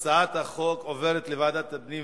ההצעה להעביר את הצעת חוק לייעול האכיפה